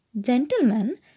Gentlemen